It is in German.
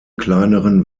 kleineren